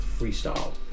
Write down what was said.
Freestyle